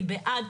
אני בעד,